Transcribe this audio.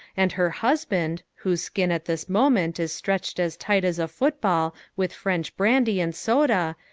and her husband, whose skin at this moment is stretched as tight as a football with french brandy and soda,